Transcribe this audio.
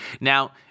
Now